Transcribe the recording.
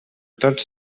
tots